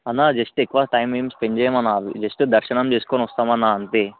అన్న జస్ట్ ఎక్కువ టైమ్ ఏమి స్పెండ్ చేయం అన్న జస్ట్ దర్శనం చేసుకొని వస్తాం అన్న అంతే